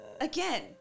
again